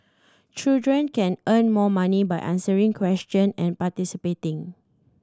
children can earn more money by answering question and participating